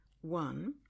one